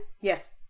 Yes